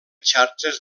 xarxes